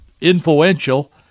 influential